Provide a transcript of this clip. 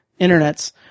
internets